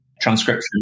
transcription